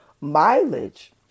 mileage